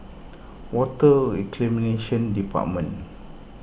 Water Reclamation Department